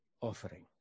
offering